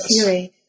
theory